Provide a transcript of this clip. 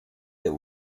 der